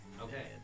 Okay